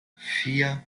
vier